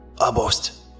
abost